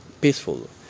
peaceful